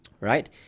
right